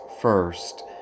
first